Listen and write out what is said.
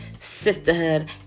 sisterhood